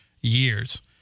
years